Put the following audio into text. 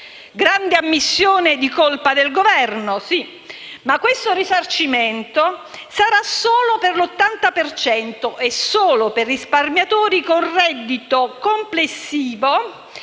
grande ammissione di colpa del Governo. Questo risarcimento sarà però solo per l'80 per cento e solo per risparmiatori con reddito complessivo